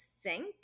sink